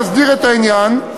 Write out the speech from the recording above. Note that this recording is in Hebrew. להסדיר את העניין,